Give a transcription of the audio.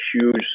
huge